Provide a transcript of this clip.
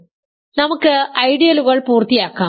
അതിനാൽ നമുക്ക് ഐഡിയലുകൾ പൂർത്തിയാക്കാം